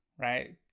right